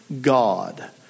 God